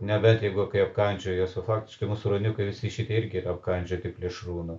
nebent jeigu kai apkandžioja juos o faktiškai mūsų ruoniukai visi šitie irgi yra apkandžioti plėšrūnų